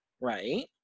right